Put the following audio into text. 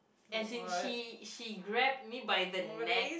as in she she grab me by the neck